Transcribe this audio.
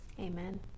Amen